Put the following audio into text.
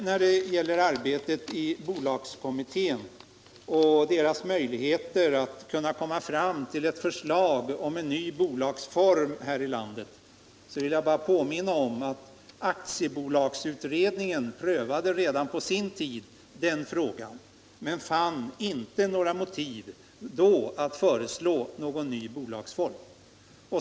Beträffande arbetet i bolagskommittén och möjligheterna att komma fram till ett nytt förslag om en ny bolagsform vill jag bara påminna om att aktiebolagsutredningen redan på sin tid prövade den frågan men inte då fann några motiv att föreslå en ny bolagsform.